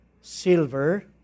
Silver